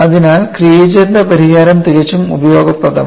അതിനാൽ ക്രിയേജറിന്റെ പരിഹാരം തികച്ചും ഉപയോഗപ്രദമാണ്